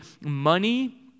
money